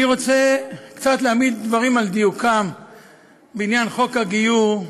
אני רוצה קצת להעמיד דברים על דיוקם בעניין חוק הגיור,